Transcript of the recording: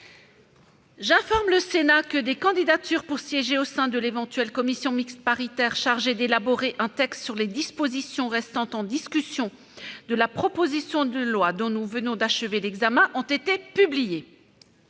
J'informe le Sénat que des candidatures pour siéger au sein de l'éventuelle commission mixte paritaire chargée d'élaborer un texte sur les dispositions restant en discussion de la proposition de loi visant à préserver les intérêts